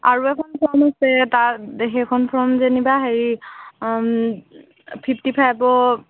আৰু এখন ফৰ্ম আছে তাত সেইখন ফৰ্ম যেনিবা হেৰি ফিফটি ফাইভৰ